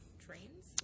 Trains